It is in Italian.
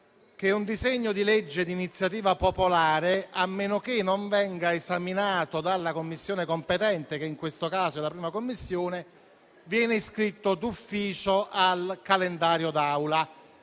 un disegno di legge di iniziativa popolare, a meno che non venga esaminato dalla Commissione competente, che in questo caso è la 1a Commissione, viene iscritto d'ufficio al calendario d'Aula.